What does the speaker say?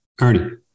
Ernie